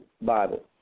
Bible